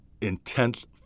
intense